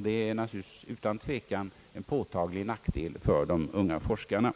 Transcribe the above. Detta är utan tvivel en påtaglig nackdel för de unga forskarna.